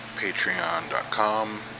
patreon.com